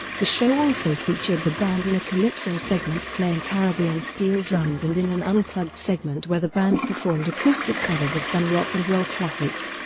the show also featured the band in a calypso segment playing caribbean steel drums and in an unplugged segment where the band performed acoustic covers of some rock and roll classics.